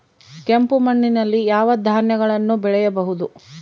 ಕೆಂಪು ಮಣ್ಣಲ್ಲಿ ಯಾವ ಧಾನ್ಯಗಳನ್ನು ಬೆಳೆಯಬಹುದು?